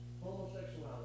Homosexuality